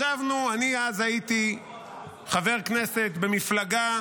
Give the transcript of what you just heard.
ישבנו, אני הייתי אז חבר כנסת במפלגה